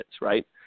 right